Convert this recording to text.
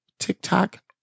tiktok